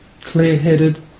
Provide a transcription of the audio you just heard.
clear-headed